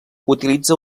utilitza